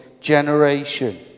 generation